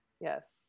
Yes